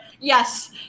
Yes